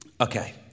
Okay